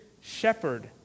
shepherd